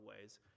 ways